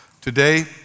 today